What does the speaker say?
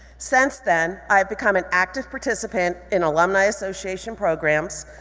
since then, i have become an active participant in alumni association programs,